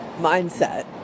mindset